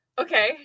okay